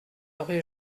rue